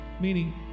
meaning